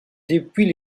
depuis